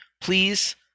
please